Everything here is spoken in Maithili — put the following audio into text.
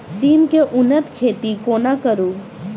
सिम केँ उन्नत खेती कोना करू?